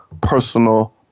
personal